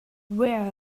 where